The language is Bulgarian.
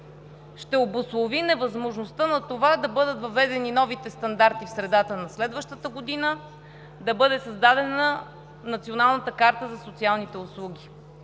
ще обуслови невъзможността да бъдат въведени новите стандарти в средата на следващата година, да бъде създадена Националната карта за социалните услуги.